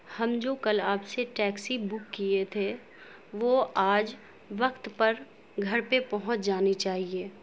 ہم جو کل آپ سے ٹیکسی بک کیے تھے وہ آج وقت پر گھر پہ پہنچ جانی چاہیے